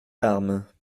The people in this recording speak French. larmes